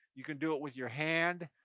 you can do it with your hand,